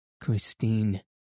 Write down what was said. Christine